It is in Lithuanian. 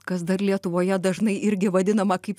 kas dar lietuvoje dažnai irgi vadinama kaip